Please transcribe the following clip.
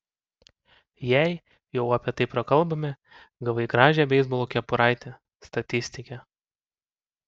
jei jau apie tai prakalbome gavai gražią beisbolo kepuraitę statistike